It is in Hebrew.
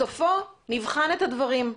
בסופו נבחן את הדברים.